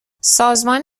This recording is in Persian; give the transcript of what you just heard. سازمان